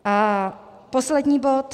A poslední bod.